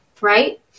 right